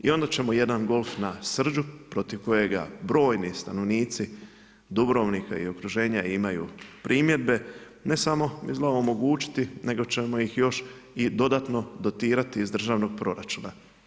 I onda ćemo jedan golf na Srđu protiv kojega brojni stanovnici Dubrovnika i okruženja imaju primjedbe ne samo izgleda omogućiti, nego ćemo ih još i dodatno dotirati iz državnog proračuna.